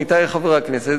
עמיתי חברי הכנסת,